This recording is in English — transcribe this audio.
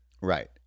Right